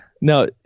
No